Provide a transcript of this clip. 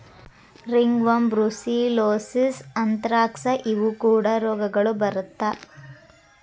ringworm, brucellosis, anthrax ಇವು ಕೂಡಾ ರೋಗಗಳು ಬರತಾ